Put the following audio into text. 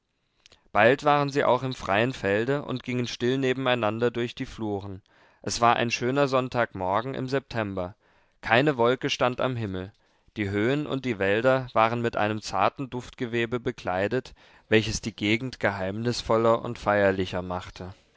bald waren sie auch im freien felde und gingen still nebeneinander durch die fluren es war ein schöner sonntagmorgen im september keine wolke stand am himmel die höhen und die wälder waren mit einem zarten duftgewebe bekleidet welches die gegend geheimnisvoller und feierlicher machte